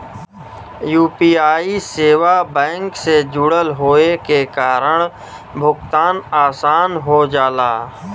UPI सेवा bank से जुड़ल होये के कारण भुगतान आसान हो जाला